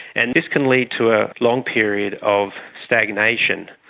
and this can lead to a long period of stagnation,